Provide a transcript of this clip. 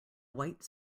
white